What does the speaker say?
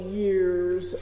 years